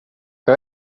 jag